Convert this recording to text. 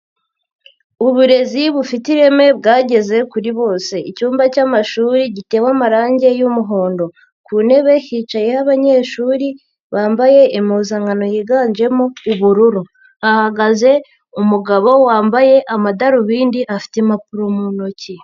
Uburezi bufite ireme bwageze kuri bose. Icyumba cy'amashuri gitewe amarangi y'umuhondo. Ku ntebe hicayeho abanyeshuri bambaye impuzankano yiganjemo ubururu. Hahagaze umugabo wambaye amadarubindi afite impapuro mu ntoki.